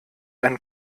ein